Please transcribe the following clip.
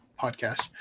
podcast